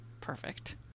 Perfect